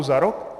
Za rok?